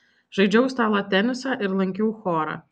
žaidžiau stalo tenisą ir lankiau chorą